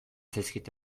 zaizkit